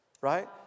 Right